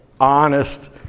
honest